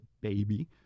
baby